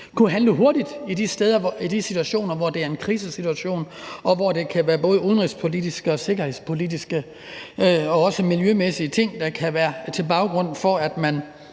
kunne handle hurtigt i krisesituationer, hvor der kan være både udenrigspolitiske og sikkerhedspolitiske hensyn og også miljømæssige ting, der kan ligge til baggrund for, at man